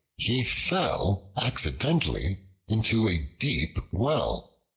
he fell accidentally into a deep well.